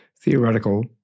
Theoretical